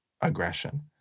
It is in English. aggression